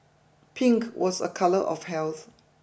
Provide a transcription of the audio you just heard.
pink was a colour of health